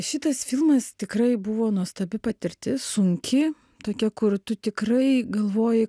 šitas filmas tikrai buvo nuostabi patirtis sunki tokia kur tu tikrai galvoji